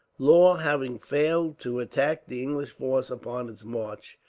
law, having failed to attack the english force upon its march,